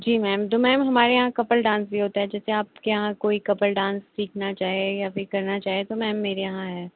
जी ma'am तो ma'am हमारे यहाँ कपल डांस भी होता है जैसे आपके यहाँ कोई कपल डांस सीखना चाहे या फिर करना चाहे तो मैम मेरे यहाँ है